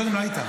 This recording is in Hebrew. מקודם לא היית.